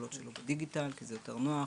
הפעולות שלו בדיגיטל, כי זה יותר נוח,